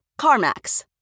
CarMax